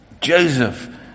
Joseph